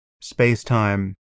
space-time